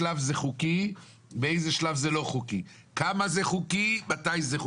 לצערי הרב הנוסחה הקיימת אומנם היא מבורכת כי היא תחבר חלק מהבתים האלה,